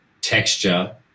texture